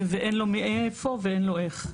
שאז אין לו מאיפה ואין לו איך.